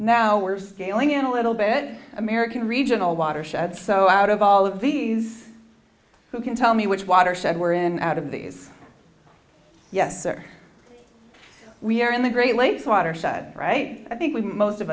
now we're scaling in a little bit american regional watershed so out of all of these who can tell me which watershed we're in out of these yes or we are in the great lakes watershed right i think we most of